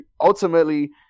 ultimately